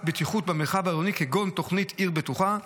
בטיחות במרחב העירוני כגון תוכנית עיר בטוחה.